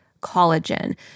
collagen